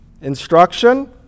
Instruction